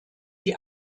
die